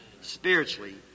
spiritually